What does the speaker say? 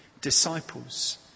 disciples